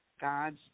God's